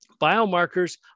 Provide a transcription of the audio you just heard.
Biomarkers